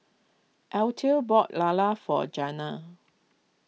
Althea bought Lala for Jenna